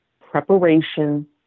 preparation